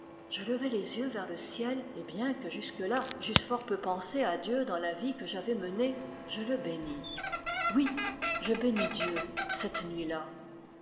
je levai les yeux vers le ciel et bien que jusque-là j'eusse fort peu pensé à dieu dans la vie que j'avais menée je le bénis oui je bénis dieu cette nuit-là